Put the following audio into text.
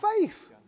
faith